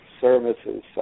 services